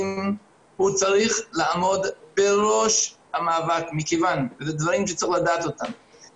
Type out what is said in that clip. צריך לתת פרס לבית ספר שמצליח להוריד את אחוז העישון.